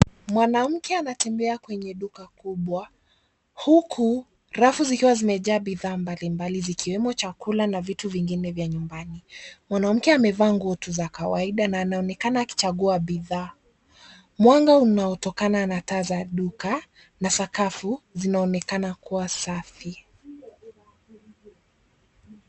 Mwanamke anatembea kwenye duka kubwa huku rafu zikiwa zimejaa bidhaa mbalimbali zikiwemo chakula na vitu vingine vya nyumbani. Mwanamke amevaa nguo tu za kawaida na anaonekana akichagua bidhaa. Mwanga unaotokana na taa za duka na sakafu zinaonekana kuwa safi.